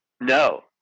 no